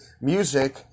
music